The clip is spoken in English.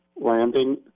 Landing